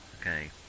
Okay